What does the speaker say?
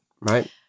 right